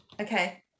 Okay